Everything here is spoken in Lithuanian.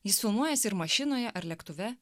jis filmuojasi ir mašinoje ar lėktuve